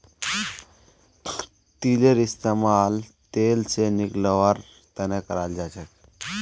तिलेर इस्तेमाल तेल निकलौव्वार तने कराल जाछेक